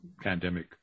pandemic